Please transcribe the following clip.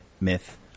myth